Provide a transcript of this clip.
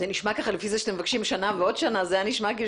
לפי זה שאתם מבקשים שנה ועוד שנה, זה נשמע כך.